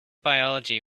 biology